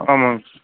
ஆமாம்ங்க